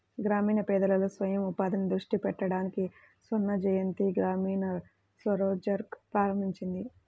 గ్రామీణ పేదలలో స్వయం ఉపాధిని దృష్టి పెట్టడానికి స్వర్ణజయంతి గ్రామీణ స్వరోజ్గార్ ప్రారంభించింది